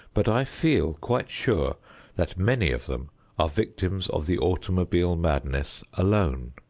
but i feel quite sure that many of them are victims of the automobile madness alone.